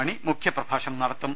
മണി മുഖ്യപ്രഭാഷണം നടത്തും